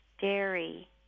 dairy